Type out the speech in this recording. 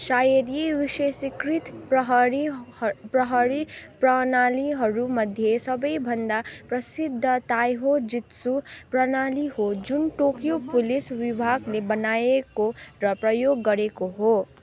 सायद यी विशेषीकृत प्रहरी प्रहरी प्रणालीहरूमध्ये सबैभन्दा प्रसिद्ध ताइहो जित्सु प्रणाली हो जुन टोकियो पुलिस विभागले बनाएको र प्रयोग गरेको हो